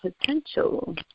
potential